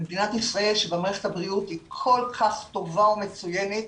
במדינת ישראל מערכת הבריאות היא כל כך טובה ומצוינת.